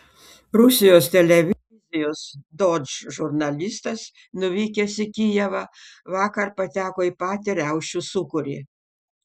rusijos televizijos dožd žurnalistas nuvykęs į kijevą vakar pateko į patį riaušių sūkurį